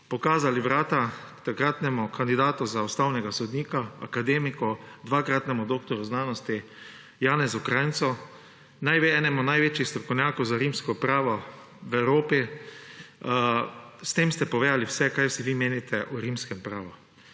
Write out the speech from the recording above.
pokazali vrata takratnemu kandidatu za ustavnega sodnika, akademiku, dvakratnemu doktorju znanosti Janezu Kranjcu, enemu največjih strokovnjakov za rimsko pravo v Evropi. S tem ste povedali vse, kaj vsi vi menite o rimskem pravu.